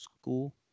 School